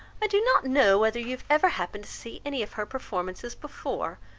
i do not know whether you have ever happened to see any of her performances before,